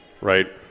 right